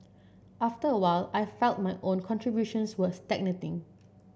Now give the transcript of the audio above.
after a while I felt my own contributions were stagnating